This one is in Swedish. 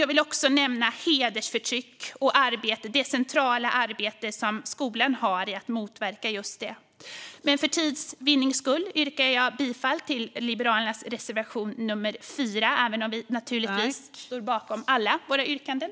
Jag vill också nämna hedersförtryck och det centrala arbete som skolan har att göra när det gäller att motverka det. För tids vinnande yrkar jag bifall endast till Liberalernas reservation nummer 4, även om vi står bakom alla våra reservationer.